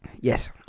Yes